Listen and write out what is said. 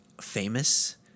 famous